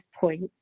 point